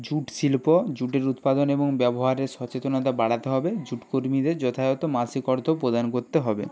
jute শিল্প জুটের উৎপাদন এবং ব্যবহারে সচেতনতা বাড়াতে হবে জুট কর্মীদের যথাযথ মাসিক অর্থ প্রদান করতে হবে